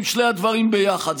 עם שני הדברים ביחד.